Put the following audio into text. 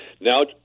now